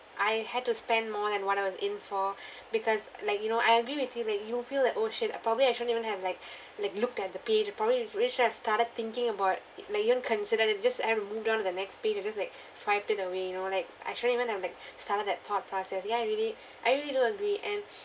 I had to spend more than what I was in for because like you know I agree with you that you feel that oh shit I probably I shouldn't even have like like looked at the page probably we should've started thinking about like even consider it just add and moved on to the next page or just like swiped it away you know like I shouldn't even have like started that thought process ya I really I really don't agree and